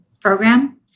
program